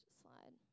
slide